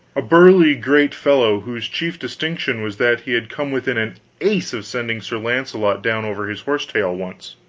a burly great fellow whose chief distinction was that he had come within an ace of sending sir launcelot down over his horse-tail once.